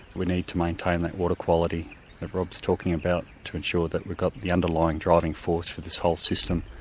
we need to maintain that water quality that rob's talking about to ensure that we've got the underlying driving force for this whole system.